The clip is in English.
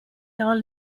are